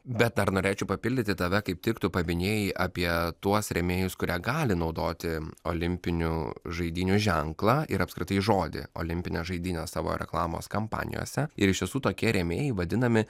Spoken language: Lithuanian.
bet dar norėčiau papildyti tave kaip tik tu paminėjai apie tuos rėmėjus kurie gali naudoti olimpinių žaidynių ženklą ir apskritai žodį olimpinės žaidynės savo reklamos kampanijose ir iš tiesų tokie rėmėjai vadinami